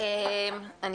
בוקר טוב.